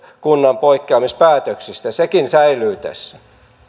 kunnan poikkeamispäätöksistä sekin säilyy tässä